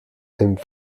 aime